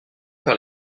par